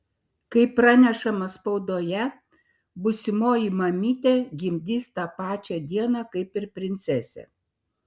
kaip pranešama spaudoje būsimoji mamytė gimdys tą pačią dieną kaip ir princesė